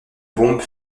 bombe